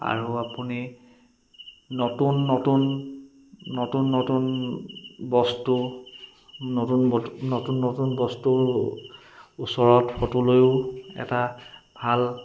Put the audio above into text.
আৰু আপুনি নতুন নতুন নতুন নতুন বস্তু নতুন ব নতুন নতুন বস্তু ওচৰত ফটো লৈয়ো এটা ভাল